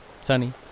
sunny